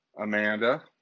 Amanda